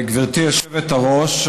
גברתי היושבת-ראש,